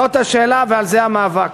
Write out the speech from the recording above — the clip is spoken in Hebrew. זאת השאלה ועל זה המאבק.